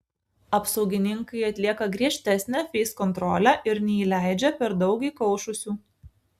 apsaugininkai atlieka griežtesnę feiskontrolę ir neįleidžia per daug įkaušusių